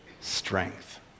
strength